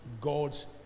God's